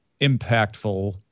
impactful